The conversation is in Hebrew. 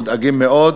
מודאגים מאוד.